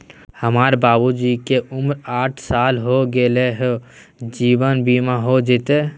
हमर बाबूजी के उमर साठ साल हो गैलई ह, जीवन बीमा हो जैतई?